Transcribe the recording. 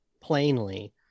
plainly